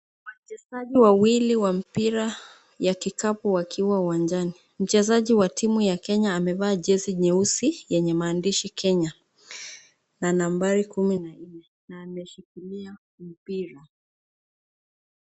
Wachezaji wawili wa mpira ya kikapu wakiwa uwanjani, mchezaji wa timu ya Kenya akiwa amevaa jezi nyeusi yenye maandishi Kenya na nambari kumi na nne na ameshikilia mpira.